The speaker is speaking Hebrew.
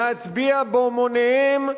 להצביע בהמוניהם,